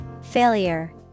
Failure